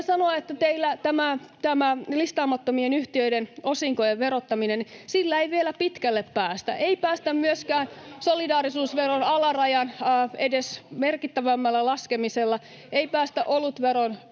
sanoa, että kun teillä on tämä listaamattomien yhtiöiden osinkojen verottaminen, niin sillä ei vielä pitkälle päästä, ei päästä myöskään solidaarisuusveron alarajan edes merkittävämmällä laskemisella, ei päästä olutveron